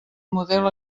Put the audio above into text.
model